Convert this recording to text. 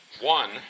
One